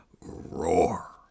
roar